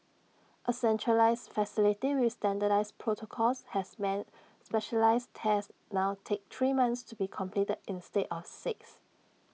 A centralised facility with standardised protocols has meant specialised tests now take three months to be completed instead of six